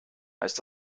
heißt